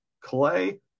Clay